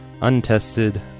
Untested